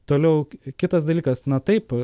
toliau kitas dalykas na taip